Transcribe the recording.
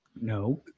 No